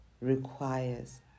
requires